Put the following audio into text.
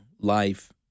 life